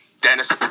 Dennis